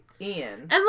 Ian